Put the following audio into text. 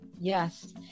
yes